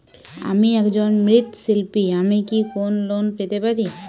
আমি একজন মৃৎ শিল্পী আমি কি কোন লোন পেতে পারি?